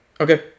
Okay